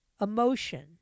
emotion